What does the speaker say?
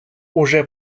уже